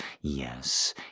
yes